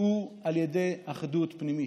היא על ידי אחדות פנימית.